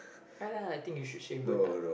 !alah! I think you should shave botak